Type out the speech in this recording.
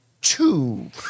two